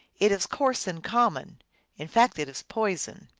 it is coarse and common in fact it is poison.